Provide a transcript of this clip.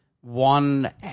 one